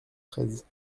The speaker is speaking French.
treize